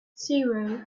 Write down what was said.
zero